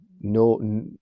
no